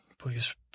Please